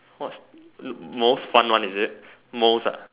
what's most fun one is it most